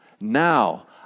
Now